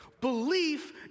Belief